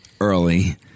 early